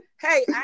Hey